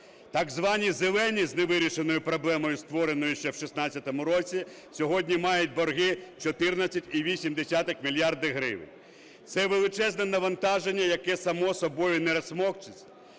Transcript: Так звані "зелені" з невирішеною проблемою, створеною ще в 16-му році, сьогодні мають борги 14,8 мільярдів гривень. Це величезне навантаження, яке само собою не розсмокчеться.